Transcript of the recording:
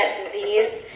disease